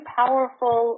powerful